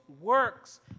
works